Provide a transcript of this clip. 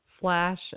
flash